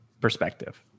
perspective